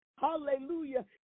hallelujah